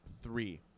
three